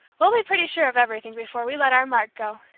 we'll be pretty sure of everything before we let our mark go!